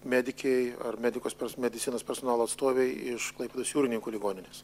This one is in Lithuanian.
medikei ar medikos medicinos personalo atstovei iš klaipėdos jūrininkų ligoninės